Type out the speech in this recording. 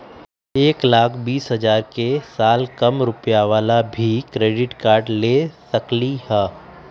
एक लाख बीस हजार के साल कम रुपयावाला भी क्रेडिट कार्ड ले सकली ह?